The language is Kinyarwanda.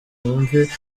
numve